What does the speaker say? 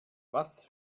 was